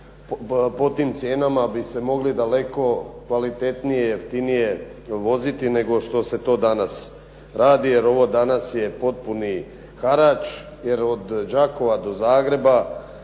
Po tim cijenama bi se mogli daleko kvalitetnije, jeftinije voziti nego što se to danas radi, jer ovo danas je potpuni harač. Jer od Đakova do Zagreba